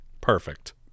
perfect